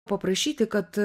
paprašyti kad